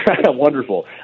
Wonderful